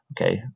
Okay